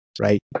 right